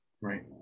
Right